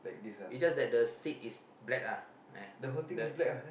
it's just that the seat is black ah eh the